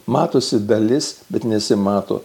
matosi dalis bet nesimato